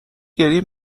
گریه